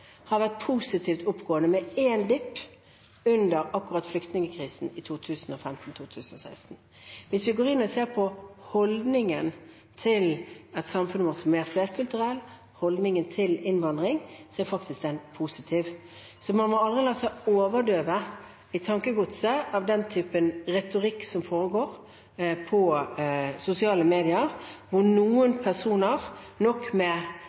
har vært oppadgående positiv, med en «dip» under flyktningkrisen i 2015–2016. Hvis vi går inn og ser på holdningen til at samfunnet vårt er blitt mer flerkulturelt, holdningen til innvandring, er den faktisk positiv. Så man må aldri la seg overdøve i tankegodset av den typen retorikk som foregår i sosiale medier, hvor noen personer – nok samme person med